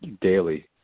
daily